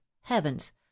heavens